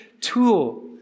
tool